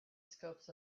scopes